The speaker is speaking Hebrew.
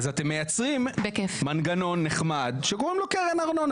אז אתם מייצרים מנגנון נחמד שקוראים לו קרן ארנונה,